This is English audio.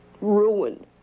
ruined